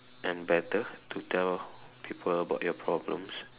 and better to tell people about your problems